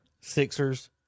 Sixers